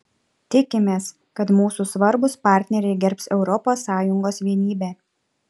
tikimės kad mūsų svarbūs partneriai gerbs europos sąjungos vienybę